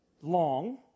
long